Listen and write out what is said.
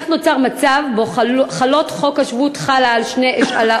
כך נוצר מצב שבו חוק השבות חל על אותו